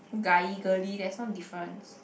guy girly there's no difference